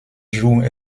joues